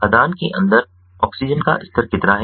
खदान के अंदर ऑक्सीजन का स्तर कितना है